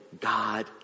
God